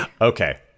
Okay